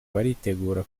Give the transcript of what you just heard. baritegura